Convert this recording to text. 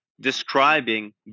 describing